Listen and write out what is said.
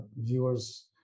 viewers